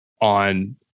on